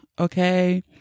okay